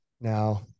now